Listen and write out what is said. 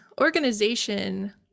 organization